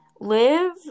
live